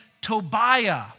Tobiah